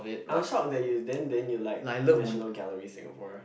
I'm shocked that you then then you like National Gallery Singapore